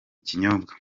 kinyobwa